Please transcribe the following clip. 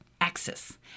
axis